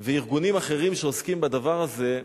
וארגונים אחרים שעוסקים בדבר הזה,